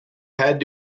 had